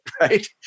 right